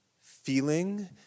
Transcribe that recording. feeling